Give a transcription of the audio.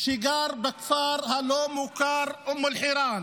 שגר בכפר הלא-מוכר אום אל-חיראן,